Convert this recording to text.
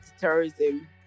terrorism